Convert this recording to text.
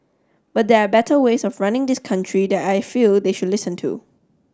but there are better ways of running this country that I feel they should listen to